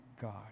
god